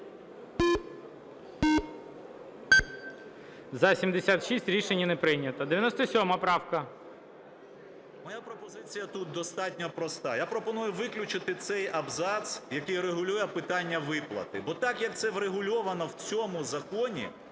За-76 Рішення не прийнято. 97 правка. 13:44:15 СОБОЛЄВ С.В. Моя пропозиція тут достатньо проста. Я пропоную виключити цей абзац, який регулює питання виплати. Бо так, як це врегульовано в цьому законі,